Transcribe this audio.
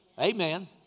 Amen